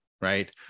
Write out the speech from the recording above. right